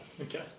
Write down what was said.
Okay